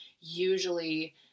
usually